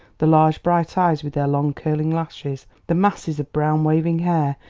the large bright eyes with their long curling lashes, the masses of brown waving hair,